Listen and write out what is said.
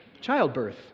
childbirth